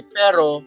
pero